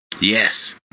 Yes